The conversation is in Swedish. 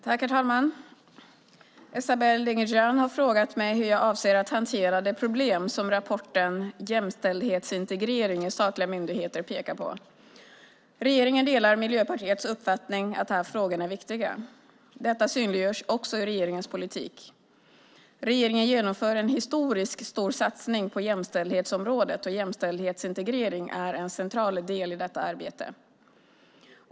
Herr talman! Esabelle Dingizian har frågat mig hur jag avser att hantera de problem som rapporten Jämställdhetsintegrering i statliga myndigheter pekar på. Regeringen delar Miljöpartiets uppfattning att de här frågorna är viktiga. Detta synliggörs också i regeringens politik. Regeringen genomför en historiskt stor satsning på jämställdhetsområdet, och jämställdhetsintegrering är en central del i detta arbete.